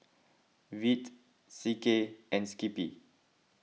Veet C K and Skippy